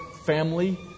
family